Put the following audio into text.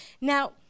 Now